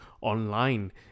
online